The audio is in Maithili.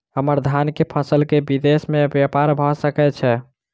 हम्मर धान केँ फसल केँ विदेश मे ब्यपार भऽ सकै छै?